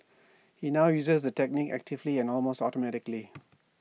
he now uses the technique actively and almost automatically